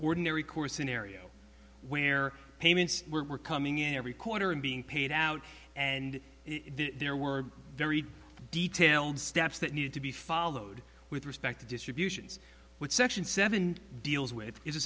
ordinary course scenario where payments were coming in every quarter and being paid out and there were very detailed steps that needed to be followed with respect to distributions which section seven deals with